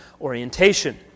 orientation